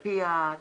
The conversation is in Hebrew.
על פי התקנון,